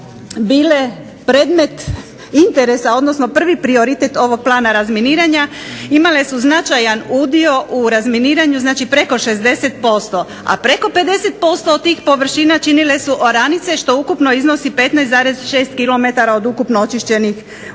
bile predmet interesa odnosno prvi prioritet ovog plana razminiranja, imale su značajan udio u razminiranju preko 60%, a preko 50% od tih površina činile su oranice što ukupno iznosi 15,5 km od ukupno razminiranih